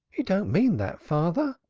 you don't mean that, father,